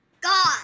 God